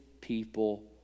people